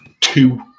two